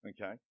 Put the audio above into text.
Okay